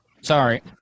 sorry